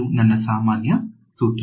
ಇದು ನನ್ನ ಸಾಮಾನ್ಯ ಸೂತ್ರವಾಗಿದೆ